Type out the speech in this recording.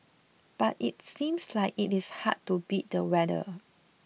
but it seems like it is hard to beat the weather